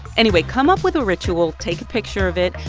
anyway, come up with a ritual, take a picture of it,